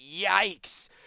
Yikes